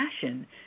passion